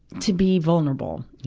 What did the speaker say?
to be vulnerable.